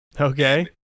Okay